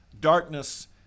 darkness